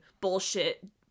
bullshit